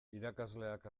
irakasleak